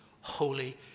holy